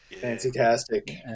Fantastic